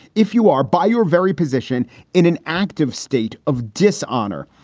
if you are by your very position in an active state of dishonor,